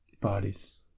bodies